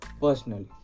personally